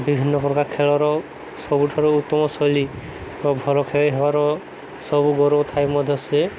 ବିଭିନ୍ନ ପ୍ରକାର ଖେଳର ସବୁଠାରୁ ଉତ୍ତମ ଶୈଳୀ ବା ଭଲ ଖେଳାଳି ହେବାର ସବୁ ଗୌରବ ଥାଇ ମଧ୍ୟ ସିଏ